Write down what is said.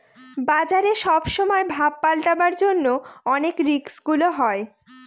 বাজারে সব সময় ভাব পাল্টাবার জন্য অনেক রিস্ক গুলা হয়